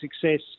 success